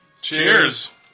Cheers